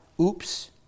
oops